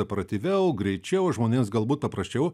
operatyviau greičiau žmonėms galbūt paprasčiau